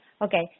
Okay